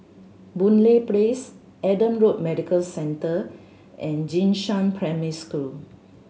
Boon Lay Place Adam Road Medical Centre and Jing Shan Primary School